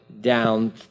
down